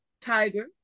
Tiger